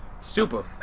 super